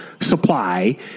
Supply